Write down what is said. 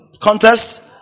contest